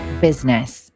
business